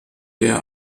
der